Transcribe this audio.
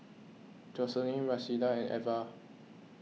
Joselin Rashida and Iva